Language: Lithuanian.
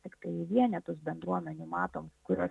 tiktai vienetus bendruomenių matom kurios